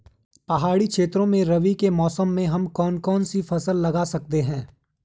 पहाड़ी क्षेत्रों में रबी के मौसम में हम कौन कौन सी फसल लगा सकते हैं?